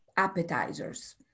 appetizers